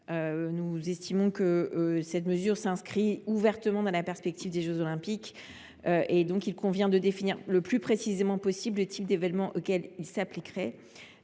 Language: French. Nous estimons que cette mesure s’inscrit ouvertement dans la perspective des jeux Olympiques. Il convient donc de définir le plus précisément possible à quel type d’événement elle s’appliquerait.